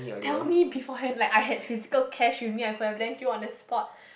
tell me beforehand like I had physical cash with me I could have lend you on the spot